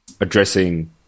addressing